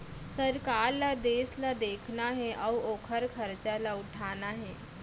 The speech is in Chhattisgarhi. सरकार ल देस ल देखना हे अउ ओकर खरचा ल उठाना हे